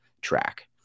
track